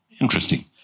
Interesting